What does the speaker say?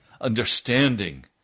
understanding